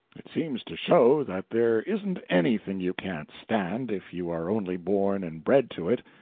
it seems to show that there isn't anything you can't stand, if you are only born and bred to it.